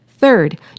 Third